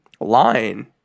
line